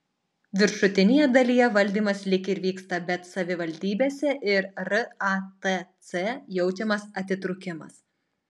viršutinėje dalyje valdymas lyg ir vyksta bet savivaldybėse ir ratc jaučiamas atitrūkimas